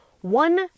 one